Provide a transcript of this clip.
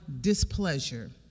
displeasure